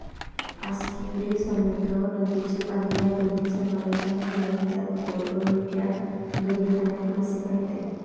आस्कियुरी समुद्र व नदीचे पाणी या दोन्ही समावेश आहे, म्हणून त्यात गोड व मीठ या दोन्ही पाण्यात मासे पाळते